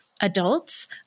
adults